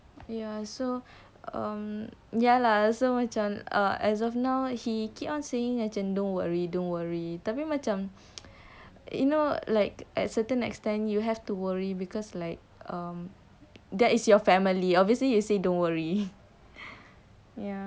ya so um ya lah so macam uh as of now he keep on saying macam don't worry don't worry tapi macam you know like at certain extent you have to worry because like um that is your family obviously you say don't worry ya